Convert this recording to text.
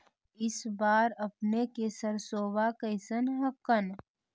इस बार अपने के सरसोबा कैसन हकन?